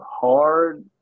hard